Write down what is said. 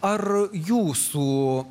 ar jūsų